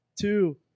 two